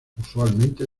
usualmente